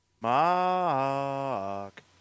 Mark